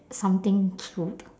something